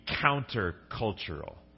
counter-cultural